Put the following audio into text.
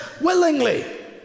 willingly